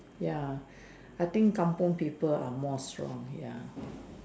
ya I think kampung people are more strong ya